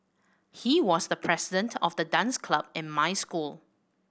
he was the president of the dance club in my school